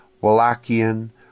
Wallachian